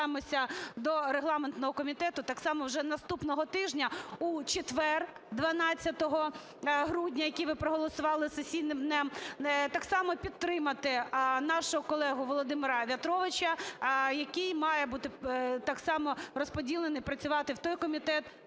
раз звертаємося до регламентного комітету так само вже наступного тижня у четвер, 12 грудня, який ви проголосували сесійним днем, так само підтримати нашого колегу Володимира В'ятровича, який має бути так само розподілений працювати в той комітет,